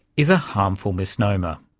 is a harmful misnomer.